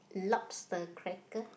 lobster cracker